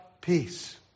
Peace